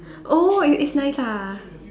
oh it it's nice ah